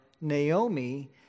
Naomi